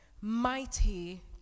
mighty